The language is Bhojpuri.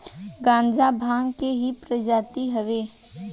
गांजा भांग के ही प्रजाति हवे